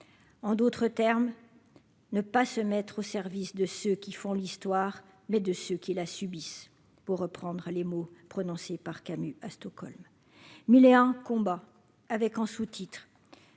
en d'autres termes, ne pas se mettre au service de ceux qui font l'histoire, mais de ceux qui la subissent, pour reprendre les mots prononcés par Camus à Stockholm un combat avec en sous-titre,